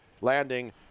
landing